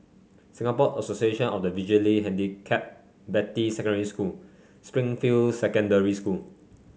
Singapore Association of the Visually Handicapped Beatty Secondary School Springfield Secondary School